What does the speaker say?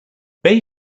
bay